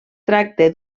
tracte